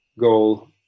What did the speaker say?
goal